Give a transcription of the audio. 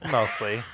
Mostly